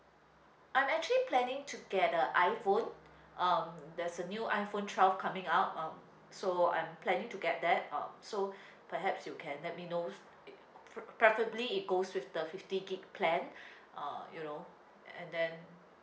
I'm actually planning to get the iphone um there's a new iphone twelve coming out um so I'm planning to get that um so perhaps you can let me know preferably it goes with the fifty gig plan uh you know and then